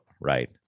right